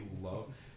love